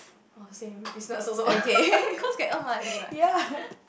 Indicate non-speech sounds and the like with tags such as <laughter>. orh same business also <laughs> cause can earn money right